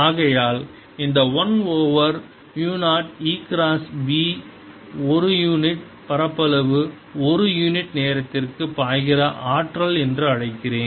ஆகையால் இந்த 1 ஓவர் மு 0 E கிராஸ் B ஒரு யூனிட் பரப்பளவு ஒரு யூனிட் நேரத்திற்கு பாய்கிற ஆற்றல் என்று அழைக்கிறேன்